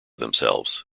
themselves